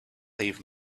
even